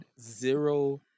zero